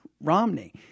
Romney